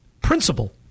principle